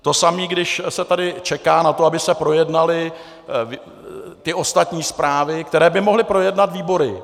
Totéž, když se tady čeká na to, aby se projednaly ostatní zprávy, které by mohly projednat výbory.